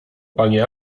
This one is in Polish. panie